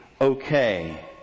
okay